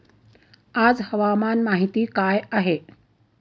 आज हवामान माहिती काय आहे?